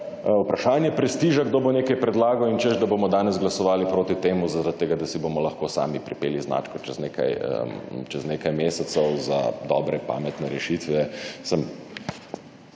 vprašanje prestiža, kdo bo nekaj predlagal in češ, da bomo danes glasovali proti temu zaradi tega, da si bomo lahko sami pripeli značko čez nekaj mesecev za dobre pametne rešitve,